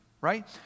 right